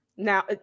Now